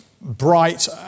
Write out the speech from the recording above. bright